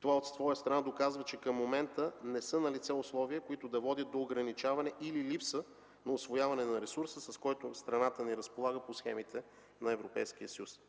Това от своя страна доказва, че към момента не са налице условия, които да водят до ограничаване или липса на усвояване на ресурса, с който страната ни разполага по схемите на Европейския съюз.